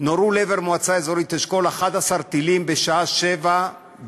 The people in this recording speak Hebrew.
נורו לעבר מועצה אזורית אשכול 11 טילים בשעה 07:20,